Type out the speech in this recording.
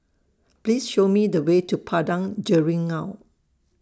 Please Show Me The Way to Padang Jeringau